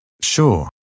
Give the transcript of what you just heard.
Sure